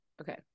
okay